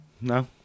No